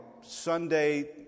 Sunday